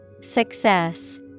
Success